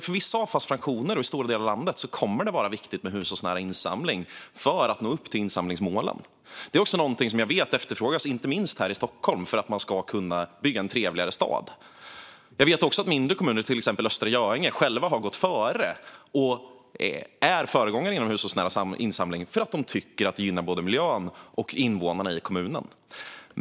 För vissa avfallsfraktioner och i stora delar av landet kommer det att vara viktigt med hushållsnära insamling för att nå upp till insamlingsmålen. Det är också någonting som jag vet efterfrågas inte minst här i Stockholm för att man ska kunna bygga en trevligare stad. Jag vet också att mindre kommuner, till exempel Östra Göinge, själva har gått före och är föregångare inom hushållsnära insamling, eftersom de tycker att det gynnar både miljön och invånarna i kommunen.